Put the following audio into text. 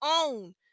own